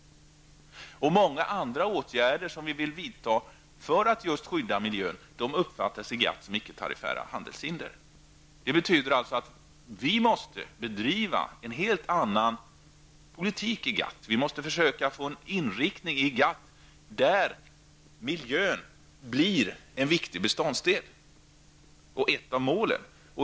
Även många andra åtgärder som man vill vidta för att just skydda miljön uppfattas i GATT som icketarifföra handelshinder. Det betyder alltså att vi måste bedriva en helt annan politik i GATT. Vi måste försöka få en inriktning på GATT förhandlingarna som innebär att miljön blir en viktig beståndsdel och ett av målen.